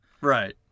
right